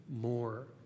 more